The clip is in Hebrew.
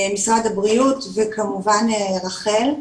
משרד הבריאות וכמובן רח"ל.